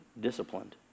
disciplined